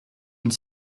une